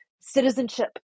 Citizenship